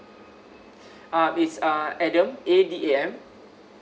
ah it's uh adam A D A M